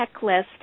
checklist